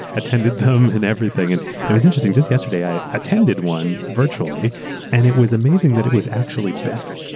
attended them, and everything. and it was interesting. just yesterday i attended one virtually and it was amazing that it was actually better.